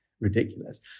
ridiculous